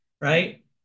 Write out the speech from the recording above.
right